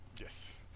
Yes